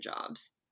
jobs